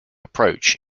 approach